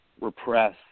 repress